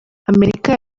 amerika